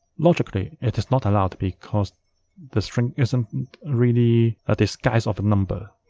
logically it is not allowed because the string isn't really a disguise of a number.